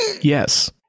yes